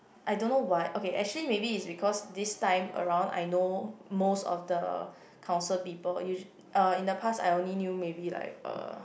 I don't know what okay actually maybe is because this time around I know most of the council people usu~ uh in the past I only knew maybe like uh